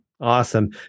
Awesome